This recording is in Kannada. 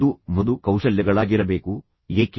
ಇದು ಮೃದು ಕೌಶಲ್ಯಗಳಾಗಿರಬೇಕು ಏಕೆ